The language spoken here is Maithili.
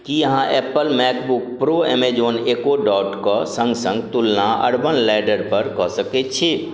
कि अहाँ Apple MacBook Pro Amazon Echo डॉटके सङ्ग सङ्ग तुलना अरबन लैडरपर कऽ सकै छी